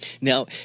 Now